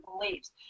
beliefs